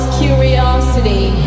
curiosity